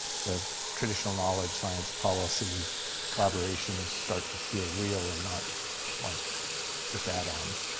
the traditional knowledge science policy collaborations start to feel real and not like just add-ons.